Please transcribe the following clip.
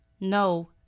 No